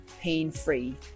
pain-free